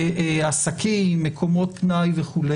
עסקים, מקומות פנאי וכו',